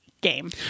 game